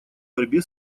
борьбе